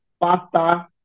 pasta